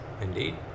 Indeed